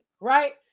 right